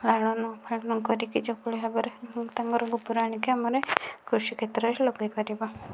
ଲାଳନ ପାଳନ କରିକି ଯେଉଁଭଳି ଭାବରେ ତାଙ୍କର ଗୋବର ଆଣିକି ଆମେମାନେ କୃଷି କ୍ଷେତ୍ରରେ ଲଗାଇପାରିବା